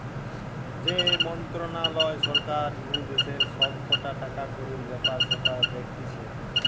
যে মন্ত্রণালয় সরকার নু দেশের সব কটা টাকাকড়ির ব্যাপার স্যাপার দেখতিছে